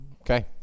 Okay